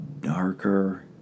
darker